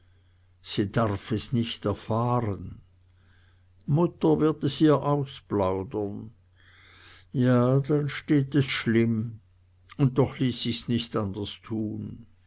sie darf es gar nicht erfahren mutter wird es ihr ausplaudern ja dann steht es schlimm und doch ließ sich's nicht anders tun